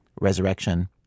Resurrection